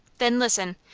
then listen!